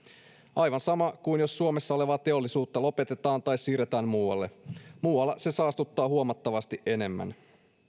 aivan sama kuin jos suomessa olevaa teollisuutta lopetetaan tai siirretään muualle muualla se saastuttaa huomattavasti enemmän